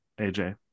AJ